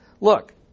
look